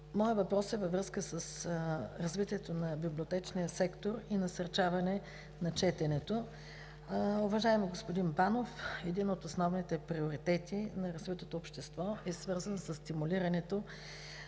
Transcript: Моят въпрос е във връзка с развитието на библиотечния сектор и насърчаване на четенето. Уважаеми господин Банов, един от основните приоритети на развитото общество е свързан със стимулирането